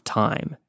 time